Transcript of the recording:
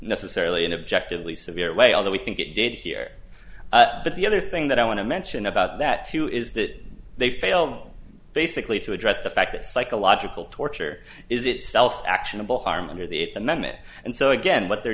necessarily an objective least severe way although we think it did here but the other thing that i want to mention about that too is that they fail basically to address the fact that psychological torture is itself actionable harm under the amendment and so again what they're